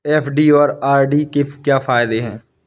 FD और RD के क्या फायदे हैं?